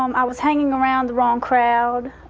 um i was hanging around the wrong crowd.